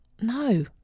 No